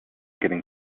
getting